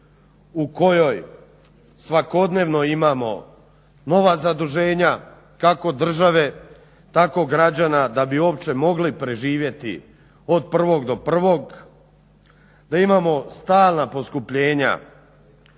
u kojoj svakodnevno imamo nova zaduženja kako države tako i građana da bi uopće mogli preživjeti od 1. do 1., da imamo stalna poskupljenja,